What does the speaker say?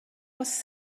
was